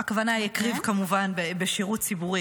בהקריב הכוונה כמובן בשירות ציבורי,